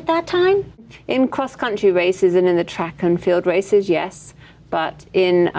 at that time in cross country races and in the track and field races yes but in